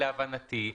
להבנתי,